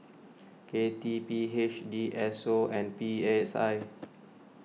K T P H D S O and P S I